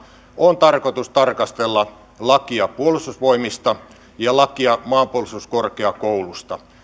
on tarkoitus tarkastella lakia puolustusvoimista ja lakia maanpuolustuskorkeakoulusta